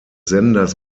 senders